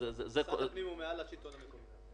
שר הפנים הוא מעל השלטון המקומי.